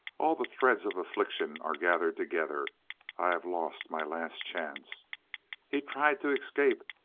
all the threads of affliction are gathered together i have lost my last chance he tried to escape,